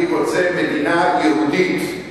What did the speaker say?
אני רוצה מדינה יהודית.